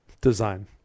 Design